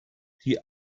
die